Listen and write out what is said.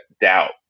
doubt